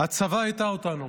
הצבא הטעה אותנו.